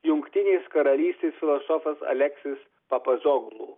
jungtinės karalystės filosofas aleksijus pabazoglu